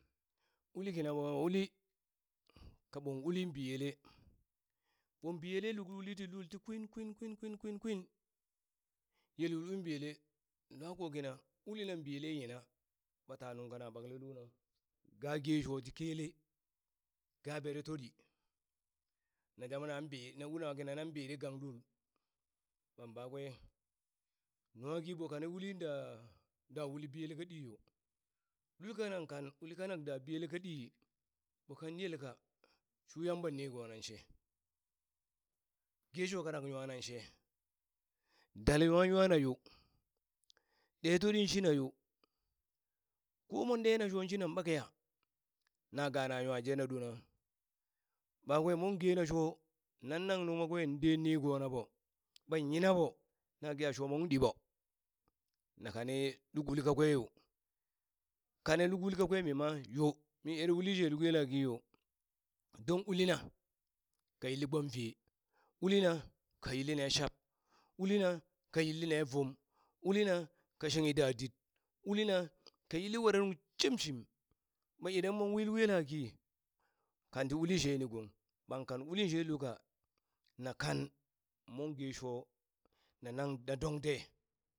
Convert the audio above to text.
Uli kina wa uli kabon ulin biyele bon biyele luk uli ti lul ti kwin kwin kwin kwin kwin kwin yelul un biyele lwako kina ulina biyele yina ɓata nungka na ɓakle lona ga gesho ti kelle, ga bere todi na zamanan bii,, na una kina nan biri gang lul ɓan ɓakwe nwaki ɓo kane uli da da uli biyele ka ɗiyo, lul ka nan kan uli kanak da biyele ka ɗi ɓo kan yelka shu Yamba, nigo nan shi ge sho kanak nwanan she dale nwa nwana yo, ɗe toɗi shina yo komon dena shon shinan ɓakeya na gana nwajet na ɗorna, ɓakwe mon gena sho nan nang nungha kwe den nigona ɓo ɓan yinaɓo na ge a shomokung ɗiɓo na kane luk uli kakwe yo kane luk uli kakwe mima yo mi er uli she luk yelaki yo, don ulina ka yilli gbomve, ulina ka yilli ne shab. ulina ka yilli ne vum, ulina ka shinghi dadit, ulina ka yilli were nuŋ shimshim, ɓa idan mon wi luk yelaki kanti uli sheni gong, ɓan kan uli she lul ka na kan mon gesho na nang na dong de.